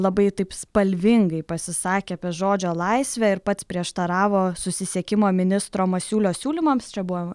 labai taip spalvingai pasisakė apie žodžio laisvę ir pats prieštaravo susisiekimo ministro masiulio siūlymams čia buvo